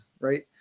right